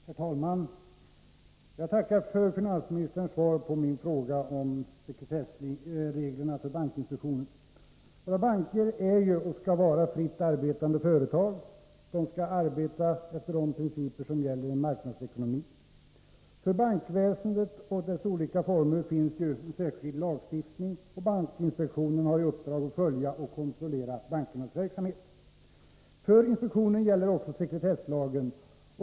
Herr talman! Jag tackar för finansministerns svar på min fråga om sekretessreglerna för bankinspektionen. Våra banker är och skall vara fritt arbetande företag. De skall arbeta efter de principer som gäller i en marknadsekonomi. För bankväsendet och dess olika former finns en särskild lagstiftning, och bankinspektionen har i uppdrag att följa och kontrollera bankernas verksamhet. För inspektionen gäller också sekretesslagen.